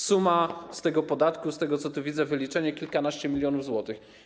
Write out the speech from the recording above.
Suma z tego podatku, z tego, co tu widzę, wyliczenie - kilkanaście milionów złotych.